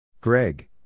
Greg